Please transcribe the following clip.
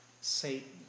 Satan